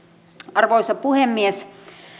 arvoisa puhemies